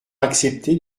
accepter